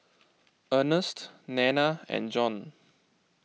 Ernest Nanna and Jean